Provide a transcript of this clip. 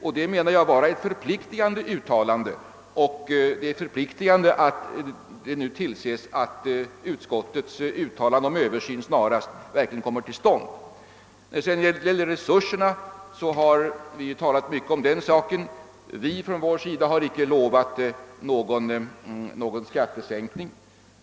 Jag anser detta vara ett förpliktigande uttalande, och det är förpliktigande att det ses till att denna översyn snarast kommer till stånd. Vi har talat mycket om resurserna. Vi har på vårt håll icke lovat någon skattesänkning.